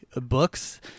books